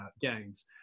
gains